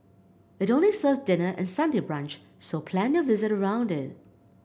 it only serves dinner and Sunday brunch so plan your visit around it